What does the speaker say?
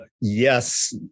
Yes